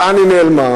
לאן היא נעלמה?